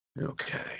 Okay